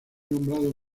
nombrado